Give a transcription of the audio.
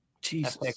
Jesus